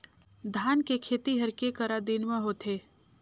धान के खेती हर के करा दिन म होथे?